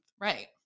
Right